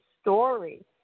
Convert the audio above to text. story